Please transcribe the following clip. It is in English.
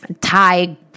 Thai